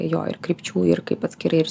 jo ir krypčių ir kaip atskirais